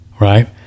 right